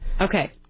Okay